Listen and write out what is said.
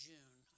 June